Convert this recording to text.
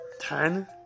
ten